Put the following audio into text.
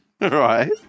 right